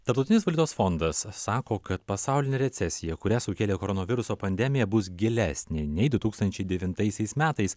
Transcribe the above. tarptautinis valiutos fondas sako kad pasaulinė recesija kurią sukėlė koronaviruso pandemija bus gilesnė nei du tūkstančiai devintaisiais metais